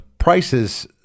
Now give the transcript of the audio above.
prices